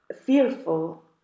fearful